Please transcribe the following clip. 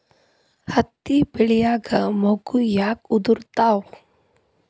ಹತ್ತಿ ಬೆಳಿಯಾಗ ಮೊಗ್ಗು ಯಾಕ್ ಉದುರುತಾವ್?